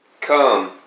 Come